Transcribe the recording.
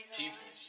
people